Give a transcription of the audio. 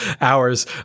hours